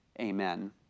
amen